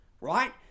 Right